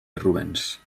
rubens